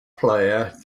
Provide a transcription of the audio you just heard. player